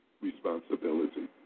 responsibility